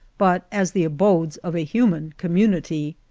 but as the abodes of a human community.